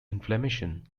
inflammation